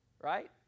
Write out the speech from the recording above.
right